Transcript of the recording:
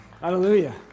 Hallelujah